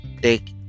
take